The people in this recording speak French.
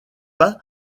pas